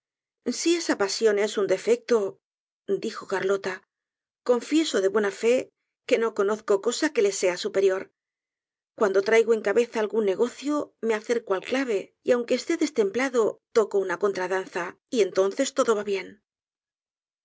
si esa pasión es un defecto dijo carlota confieso de buena fe que no conozco cosa que la sea superior cuando traigo en cabeza algún negocio me acerco al clave y aunque esté destemplado toco una contradanza y entonces todo va bien